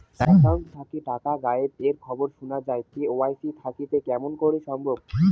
Account থাকি টাকা গায়েব এর খবর সুনা যায় কে.ওয়াই.সি থাকিতে কেমন করি সম্ভব?